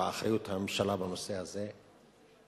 ולאחריות הממשלה בנושא הזה.